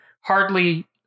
Hardly